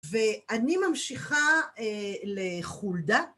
ואני ממשיכה לחולדה.